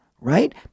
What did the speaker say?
right